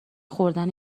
خوردن